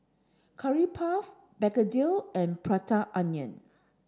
curry puff Begedil and Prata Onion